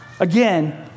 Again